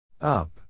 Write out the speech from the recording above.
Up